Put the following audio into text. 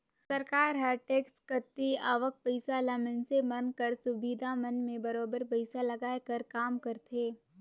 सरकार हर टेक्स कती आवक पइसा ल मइनसे मन कर सुबिधा मन में बरोबेर पइसा लगाए कर काम करथे